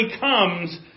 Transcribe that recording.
comes